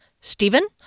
Stephen